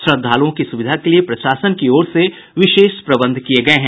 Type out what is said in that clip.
श्रद्धालुओं की सुविधा के लिए प्रशासन की ओर से विशेष प्रबंध किये गए हैं